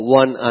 one